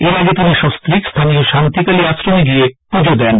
এর আগে তিনি সস্ত্রীক স্হানীয় শান্তিকালি আশ্রমে গিয়ে পুজো দেন